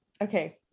Okay